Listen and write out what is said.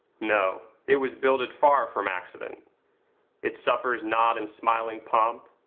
no, it was builded far from accident it suffers not in smiling pomp,